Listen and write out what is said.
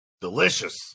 Delicious